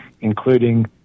including